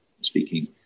speaking